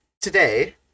today